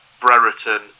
Brereton